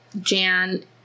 Jan